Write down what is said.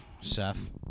Seth